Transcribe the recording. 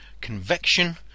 convection